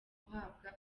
guhabwa